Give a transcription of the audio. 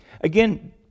Again